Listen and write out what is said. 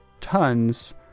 tons